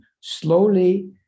slowly